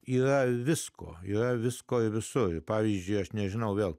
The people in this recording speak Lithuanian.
yra visko joje visko visoje pavyzdžiui aš nežinau vėl